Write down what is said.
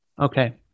Okay